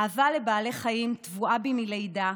האהבה לבעלי חיים טבועה בי מלידה,